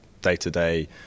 day-to-day